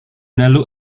lalu